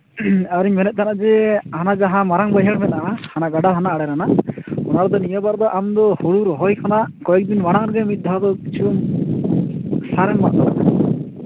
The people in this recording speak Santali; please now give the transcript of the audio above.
ᱟᱨᱤᱧ ᱢᱮᱱᱮᱛ ᱛᱟᱦᱮᱸᱱᱟ ᱡᱮ ᱦᱟᱱᱟ ᱡᱟᱦᱟᱸ ᱢᱟᱨᱟᱝ ᱵᱟᱹᱭᱦᱟᱹᱲ ᱢᱮᱱᱟᱜᱼᱟ ᱦᱟᱱᱟ ᱜᱟᱰᱟ ᱦᱟᱱᱟ ᱟᱮᱲ ᱨᱮᱱᱟᱜ ᱚᱱᱟ ᱨᱮᱫᱚ ᱱᱤᱭᱟᱹᱵᱟᱨ ᱫᱚ ᱟᱢ ᱫᱚ ᱦᱩᱲᱩ ᱨᱚᱦᱚᱭ ᱠᱷᱚᱱᱟᱜ ᱠᱚᱭᱮᱠᱫᱤᱱ ᱢᱟᱲᱟᱝ ᱨᱮᱜᱮ ᱢᱤᱫ ᱫᱷᱟᱣ ᱫᱚ ᱠᱤᱪᱷᱩ ᱥᱟᱨ ᱮᱢᱟᱜ ᱢᱮ